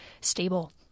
stable